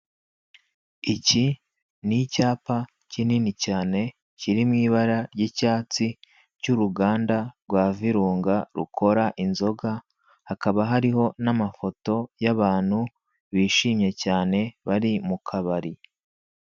Iki ni icyapa kinini cyane kiri mu ibara ry'icyatsi cy'uruganda rwa virunga rukora inzoga hakaba hariho n'amafoto y'abantu bishimye cyane bari mukabari.